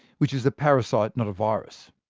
which is a parasite, not a virus.